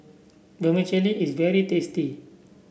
vermicelli is very tasty